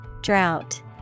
Drought